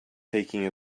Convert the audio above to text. taking